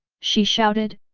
she shouted,